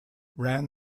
ran